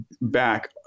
back